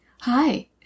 hi